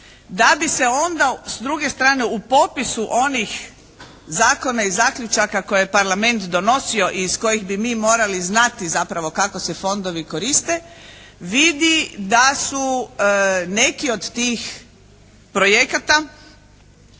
da bi se onda s druge strane u popisu onih zakona i zaključaka koje je Parlament donosio i iz kojih bi mi morali znati zapravo kako se fondovi koriste, vidi da su neki od tih projekata